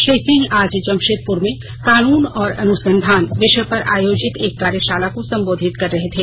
श्री सिंह आज जमशेदपुर में कानून और अनुसंधान विषय पर आयोजित एक कार्यशाला को संबोधित कर रहे थे